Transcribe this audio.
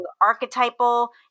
archetypal